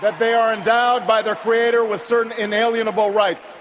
but they are endowed by their creator with certain inalienable rights,